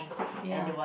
ya